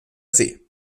see